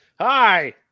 Hi